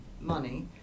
money